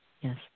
yes